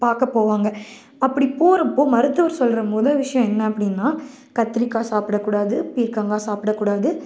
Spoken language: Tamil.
பார்க்க போவாங்க அப்படி போகிறப்போ மருத்துவர் சொல்லுற மொதல் விஷயம் என்ன அப்படினா கத்திரிக்காய் சாப்பிடக்கூடாது பீர்கங்காய் சாப்பிடக்கூடாது